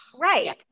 Right